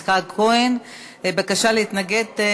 הצעת חוק התכנון והבנייה (הוראת שעה) (תיקון,